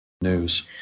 news